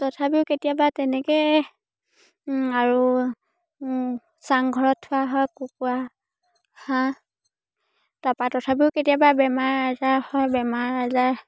তথাপিও কেতিয়াবা তেনেকে আৰু চাংঘৰত থোৱা হয় কুকুৰা হাঁহ তাপা তথাপিও কেতিয়াবা বেমাৰ আজাৰ হয় বেমাৰ আজাৰ